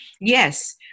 Yes